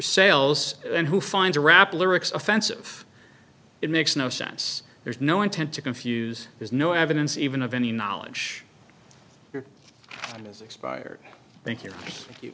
sales and who finds a rap lyrics offensive it makes no sense there's no intent to confuse there's no evidence even of any knowledge has expired thank you